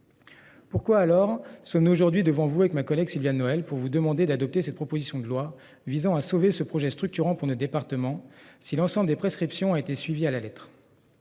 Pourquoi alors ce n'est aujourd'hui devant vous avec ma collègue Sylviane Noël pour vous demander d'adopter cette proposition de loi visant à sauver ce projet structurant pour le département. Si l'ensemble des prescriptions a été suivi à la lettre.